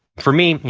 for me,